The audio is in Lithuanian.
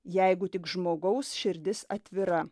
jeigu tik žmogaus širdis atvira